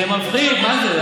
זה מפחיד.